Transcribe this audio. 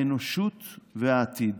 האנושיות והעתיד.